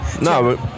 No